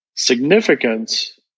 Significance